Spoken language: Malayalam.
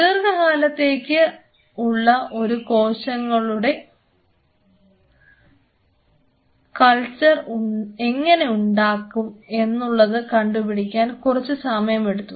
ദീർഘകാലത്തേക്ക് ഉള്ള ഈ കോശങ്ങളുടെ കൾച്ചർ എങ്ങനെ ഉണ്ടാക്കും എന്നുള്ളത് കണ്ടുപിടിക്കാൻ കുറച്ചു സമയം എടുത്തു